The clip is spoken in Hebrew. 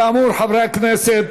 כאמור, חברי הכנסת,